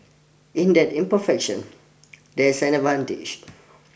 in that imperfection there's an advantage